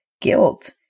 guilt